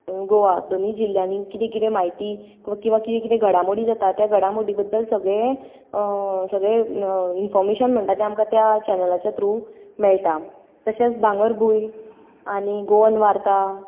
गोवा दोनीय जिल्ल्यांनी कितें कितें म्हायती वा किंवां कितें कितें घडामोडी जाता त्या घडामोडी बद्दल सगळें सगळें इन्फोर्मेशन म्हणटात तें आमकां त्या चॅनलाचे थ्रू मेळटा तशेंच भांगरभूंय आनी गोवन वार्ता